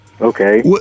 Okay